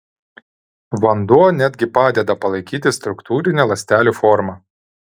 vanduo net gi padeda palaikyti struktūrinę ląstelių formą